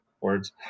words